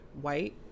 white